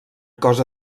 cosa